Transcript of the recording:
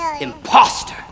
Imposter